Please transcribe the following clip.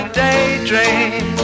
daydream